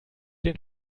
den